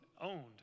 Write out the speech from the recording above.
owned